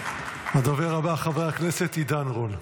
הדובר הבא, חבר הכנסת עידן רול,